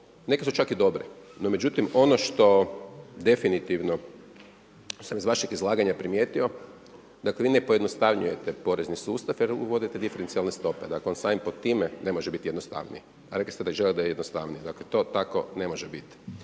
Neke su čak i dobre. No međutim, ono što definitivno sam iz vašeg izlaganja primijetio, dakle vi ne pojednostavljujete porezni sustav jer uvodite diferencijalne stope. Dakle, samo pod time ne može biti jednostavnije. A rekli ste da želite da je jednostavnije. Dakle, to tako ne može biti.